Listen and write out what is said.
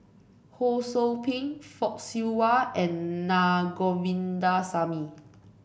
Ho Sou Ping Fock Siew Wah and Na Govindasamy